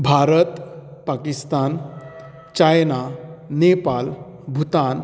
Bharat Pakistan China Nepal Bhutan